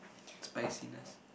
spiciness